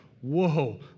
whoa